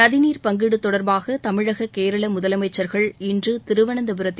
நதிநீர் பங்கீடு தொடர்பாக தமிழக கேரள முதலமைச்சர்கள் இன்று திருவனந்தபுரத்தில்